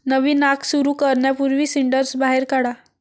नवीन आग सुरू करण्यापूर्वी सिंडर्स बाहेर काढा